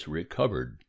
recovered